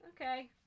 okay